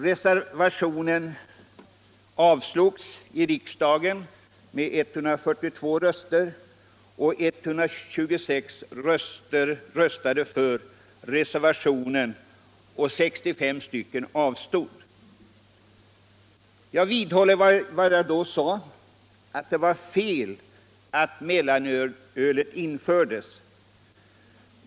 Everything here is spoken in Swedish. Reservationen avslogs i riksdagen med 142 röster. 126 ledamöter röstade för reservationen och 65 avstod. Jag vidhåller vad jag då sade: Det var fel att mellanölet infördes.